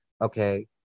Okay